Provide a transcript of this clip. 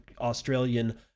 Australian